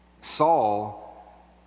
saul